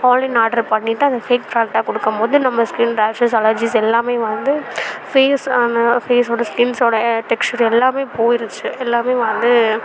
ஆன்லைனில் ஆட்ரு பண்ணிட்டு அதை ஃபேக் ப்ராடக்டாக கொடுக்கம் போது நம்ம ஸ்கின் ரேஷஸ் அலெர்ஜிஸ் எல்லாமே வந்து ஃபேஸு ஆனால் ஃபேஸோடு ஸ்கின்ஸோட டெக்சர் எல்லாமே போயிடுச்சு எல்லாமே வந்து